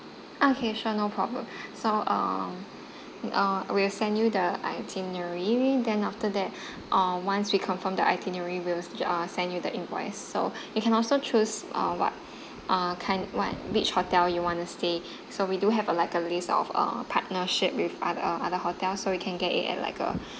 okay sure no problem so uh uh we'll send you the itinerary then after that uh once we confirm the itinerary we'll uh send you the invoice so you can also choose uh what uh kind what which hotel you wanna stay so we do have a like a list of uh partnership with other other hotel so we can get it at like a